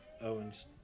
owens